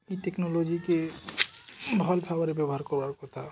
ଇ ଟେକ୍ନୋଲୋଜିକେ ଭଲ ଭାବରେ ବ୍ୟବହାର କରବାର୍ କଥା